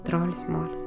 trolis molis